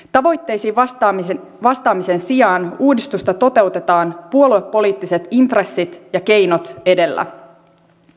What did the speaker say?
tavoitteisiin vastaamisen sijaan uudistusta toteutetaan puoluepoliittiset intressit ja keinot edellä